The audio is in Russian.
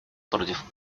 против